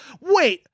wait